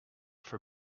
for